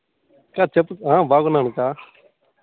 అక్క చెప్పు బాగున్నాను అక్క